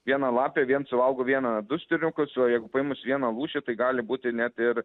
viena lapė vien suvalgo vieną du striukus o jeigu paėmus vieną lūšį tai gali būti net ir